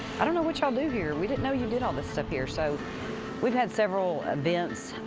i don't know what y'all do here. we didn't know you did all this stuff here. so we've had several events.